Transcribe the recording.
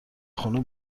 خونه